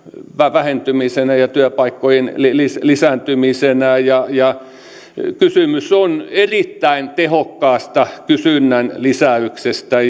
vähentymisenä ja työpaikkojen lisääntymisenä ja ja kysymys on erittäin tehokkaasta kysynnän lisäyksestä